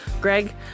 Greg